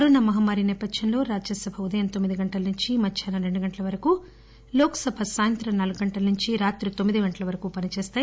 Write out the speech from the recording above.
corona మహమ్మారి నేపథ్యంలో రాజ్యసభ ఉదయం తొమ్మిది గంటల నుంచి మధ్యాహ్నం రెండు గంటల వరకు లోక్ సభ సాయంత్రం నాలుగు గంటల నుంచి రాత్రి తొమ్మిది గంటల వరకు పనిచేస్తాయి